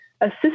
assist